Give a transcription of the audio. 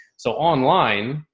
so online,